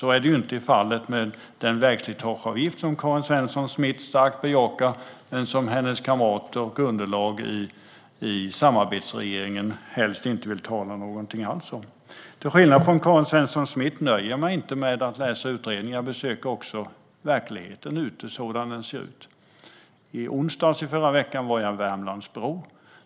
Så är inte fallet med den vägslitageavgift som Karin Svensson Smith starkt bejakar men som hennes kamrater och underlaget i samarbetsregeringen helst inte vill tala om alls. Till skillnad från Karin Svensson Smith nöjer jag mig inte med att läsa utredningen. Jag besöker också verkligheten som den ser ut. I onsdags i förra veckan var jag i Värmlandsbro.